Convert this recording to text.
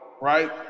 right